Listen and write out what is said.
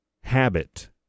habit